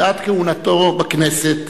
ועד כהונתו בכנסת,